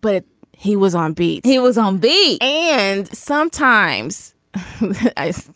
but he was on beat he was on b and sometimes ice